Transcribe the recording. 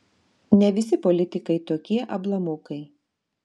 ne visi politikai tokie ablamukai